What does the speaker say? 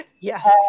Yes